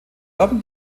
urban